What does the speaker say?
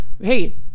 hey